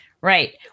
Right